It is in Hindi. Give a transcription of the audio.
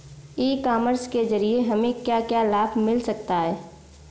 ई कॉमर्स के ज़रिए हमें क्या क्या लाभ मिल सकता है?